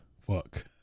Fuck